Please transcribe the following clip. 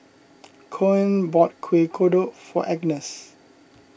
Koen bought Kuih Kodok for Agness